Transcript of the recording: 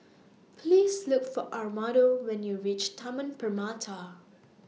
Please Look For Armando when YOU REACH Taman Permata